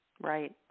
Right